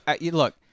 Look